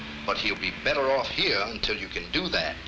but he'll be better off here until you can do that